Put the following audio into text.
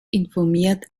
informiert